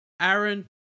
Aaron